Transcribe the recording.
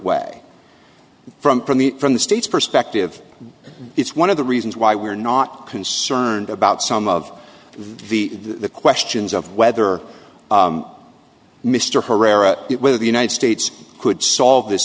way from from the from the state's perspective it's one of the reasons why we're not concerned about some of the questions of whether mr herrera it whether the united states could solve this